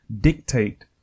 dictate